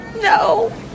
No